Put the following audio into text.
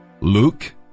Luke